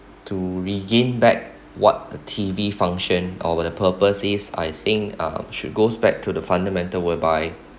to regain back what a T_V function or what the purpose is I think uh should go back to the fundamental whereby